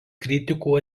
kritikų